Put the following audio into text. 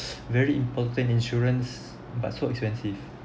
very important insurance but so expensive